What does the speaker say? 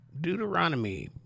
Deuteronomy